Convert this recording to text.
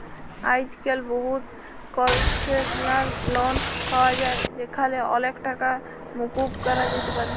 আইজক্যাল বহুত concessional loan পাওয়া যায় যেখালে অলেক টাকা মুকুব ক্যরা যাতে পারে